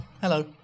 Hello